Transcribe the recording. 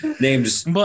names